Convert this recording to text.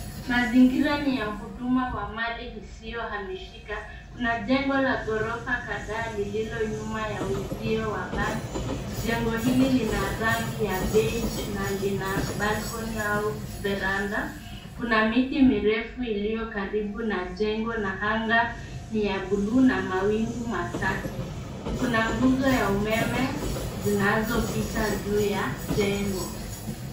Mazingira ni ya huduma wa mali isio hamishika, kuna njengo la gorofa kadhaa lilo nyuma ya uzio wa bati jengo hili lina rangi ya beige na lina balcony au veranda kuna miti mirefu iliyo karibu na njengo na anga ni ya buluu na mawingu machache, kuna nguzo ya umeme zinazopita juu ya njengo.